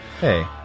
Hey